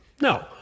no